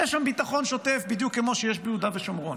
יש שם ביטחון שוטף בדיוק כמו שיש ביהודה ושומרון.